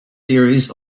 series